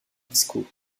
disco